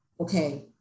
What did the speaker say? okay